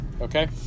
Okay